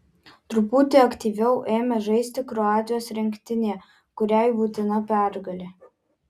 truputį aktyviau ėmė žaisti kroatijos rinktinė kuriai būtina pergalė